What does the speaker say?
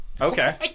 Okay